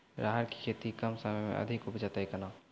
राहर की खेती कम समय मे अधिक उपजे तय केना?